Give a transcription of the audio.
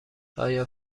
آیا